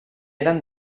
eren